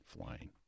flying